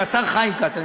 עם השר חיים כץ.